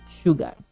sugar